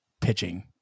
pitching